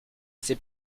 sait